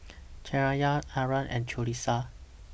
Cahaya Aaron and Qalisha